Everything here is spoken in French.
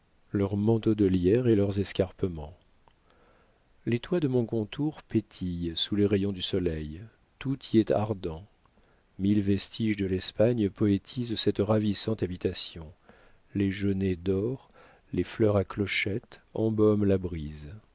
leurs manteaux de lierre et leurs escarpements les toits de montcontour pétillent sous les rayons du soleil tout y est ardent mille vestiges de l'espagne poétisent cette ravissante habitation les genêts d'or les fleurs à clochettes embaument la brise